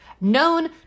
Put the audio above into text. known